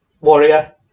Warrior